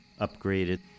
upgraded